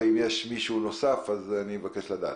בבקשה.